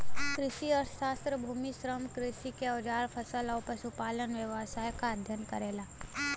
कृषि अर्थशास्त्र भूमि, श्रम, कृषि के औजार फसल आउर पशुपालन व्यवसाय क अध्ययन करला